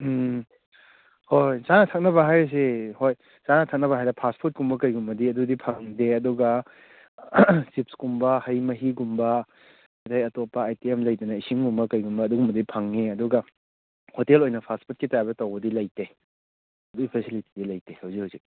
ꯎꯝ ꯍꯣꯏ ꯍꯣꯏ ꯆꯥꯅ ꯊꯛꯅꯕ ꯍꯥꯏꯁꯦ ꯍꯣꯏ ꯆꯥꯅ ꯊꯛꯅꯕ ꯍꯥꯏꯔꯒ ꯐꯥꯁ ꯐꯨꯗ ꯀꯨꯝꯕ ꯀꯩꯒꯨꯝꯕꯗꯤ ꯑꯗꯨꯗꯤ ꯐꯪꯗꯦ ꯑꯗꯨꯒ ꯆꯤꯞꯁ ꯀꯨꯝꯕ ꯍꯩ ꯃꯍꯤꯒꯨꯝꯕ ꯑꯇꯩ ꯑꯇꯣꯞꯄ ꯑꯥꯏꯇꯦꯝ ꯂꯩꯕꯅꯦ ꯏꯁꯤꯡꯒꯨꯝꯕ ꯀꯩꯒꯨꯝꯕ ꯑꯗꯨꯝꯕꯗꯤ ꯐꯪꯉꯤ ꯑꯗꯨꯒ ꯍꯣꯇꯦꯜ ꯑꯣꯏꯅ ꯐꯥꯁ ꯐꯨꯗꯀꯤ ꯇꯥꯏꯄꯇ ꯇꯧꯕꯗꯤ ꯂꯩꯇꯦ ꯑꯗꯨꯒꯤ ꯐꯦꯁꯤꯂꯤꯇꯤꯗꯤ ꯂꯩꯇꯦ ꯍꯧꯖꯤꯛ ꯍꯧꯖꯤꯛ